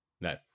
No